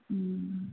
ഉം